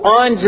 on